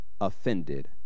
offended